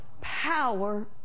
Power